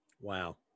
Wow